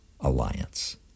Alliance